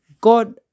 God